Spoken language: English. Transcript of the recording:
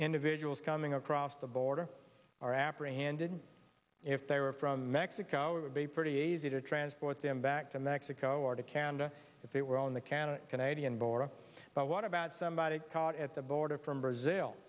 individuals coming across the border are apprehended if they were from mexico it would be pretty easy to transport them back to mexico or to canada if they were on the canada canadian border but what about somebody caught at the border from brazil